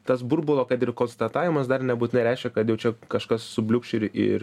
tas burbulo kad ir konstatavimas dar nebūtinai reiškia kad jau čia kažkas subliūkš ir ir